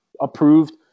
approved